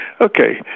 Okay